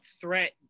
threat